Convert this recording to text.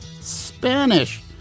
Spanish